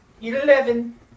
Eleven